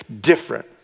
different